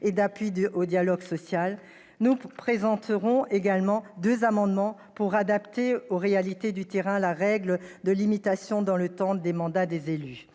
et d'appui au dialogue social. Nous présenterons également deux amendements visant à adapter aux réalités du terrain la règle de limitation dans le temps des mandats des élus.